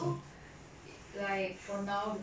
I feel like I could have been in school